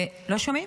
לא שומעים?